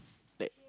like